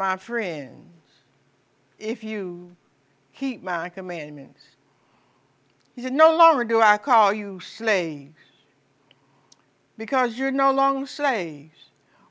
my friend if you keep my commandments you no longer do i call you slaves because you're no longer say